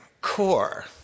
core